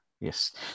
yes